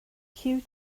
huw